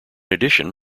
addition